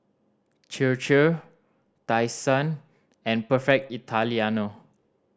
Chir Chir Tai Sun and Perfect Italiano